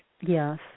Yes